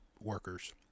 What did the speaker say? workers